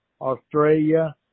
Australia